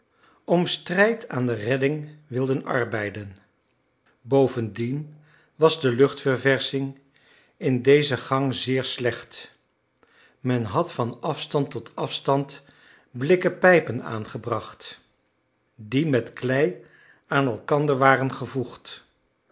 om strijd aan de redding wilden arbeiden bovendien was de luchtverversching in deze gang zeer slecht men had van afstand tot afstand blikken pijpen aangebracht die met klei aan elkander waren gevoegd